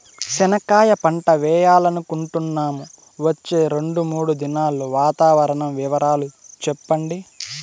చెనక్కాయ పంట వేయాలనుకుంటున్నాము, వచ్చే రెండు, మూడు దినాల్లో వాతావరణం వివరాలు చెప్పండి?